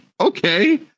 Okay